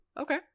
Okay